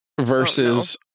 Versus